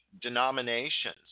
denominations